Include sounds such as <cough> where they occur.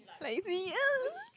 like me <noise>